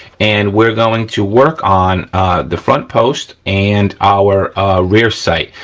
and we're going to work on the front post and our rear sight.